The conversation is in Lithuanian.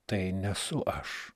tai nesu aš